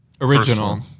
Original